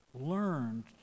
learned